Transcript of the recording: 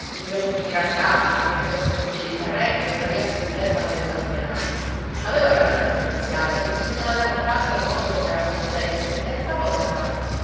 invece di tirar calci e mettersi sotto i piedi il carretto e sdraiarsi sull'erba colle zampe in aria aveva ragione lo speziale che bisognava dare un calcio al mondo come era fatto adesso e rifarlo da capo